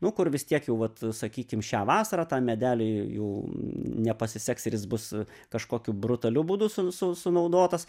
nu kur vis tiek jau vat sakykim šią vasarą tą medelį jau nepasiseks ir jis bus kažkokiu brutaliu būdu su su sunaudotas